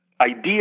idea